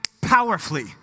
powerfully